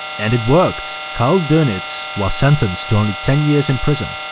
and it worked. karl donitz was sentenced to only ten years in prison,